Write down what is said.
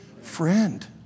friend